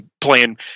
playing